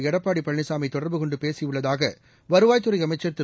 எடப்பாடி பழனிசாமி தொடர்பு கொண்டு பேசியுள்ளதாக வருவாய்த்துறை அமைச்சர் திரு